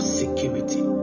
security